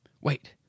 Wait